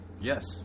Yes